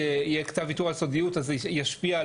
יהיה כתב ויתור על סודיות אז זה ישפיע על